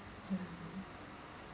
ya I know